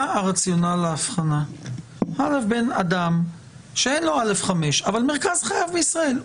מה הרציונל להבחנה בין אדם שאין לו אשרה א/5 אבל מרכז חייו בישראל.